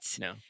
No